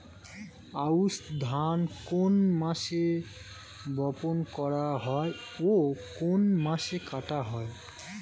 আউস ধান কোন মাসে বপন করা হয় ও কোন মাসে কাটা হয়?